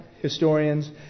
historians